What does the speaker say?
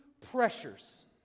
pressures